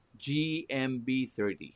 GMB30